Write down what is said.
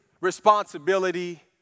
responsibility